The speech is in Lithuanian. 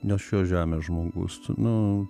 ne šios žemės žmogus nu